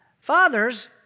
fathers